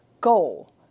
goal